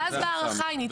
ואז בהארכה היא נתקעה.